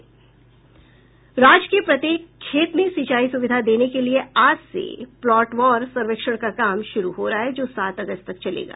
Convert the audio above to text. राज्य के प्रत्येक खेत में सिंचाई सुविधा देने के लिए आज से प्लॉटवार सर्वेक्षण का काम शुरू हो रहा है जो सात अगस्त तक चलेगा